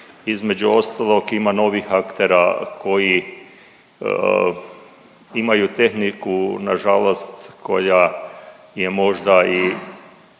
između ostalog ima novih aktera koji imaju tehniku nažalost koja je možda i